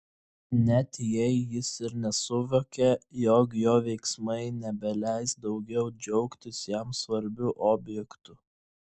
net jei jis ir nesuvokė jog jo veiksmai nebeleis daugiau džiaugtis jam svarbiu objektu